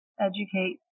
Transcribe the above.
educate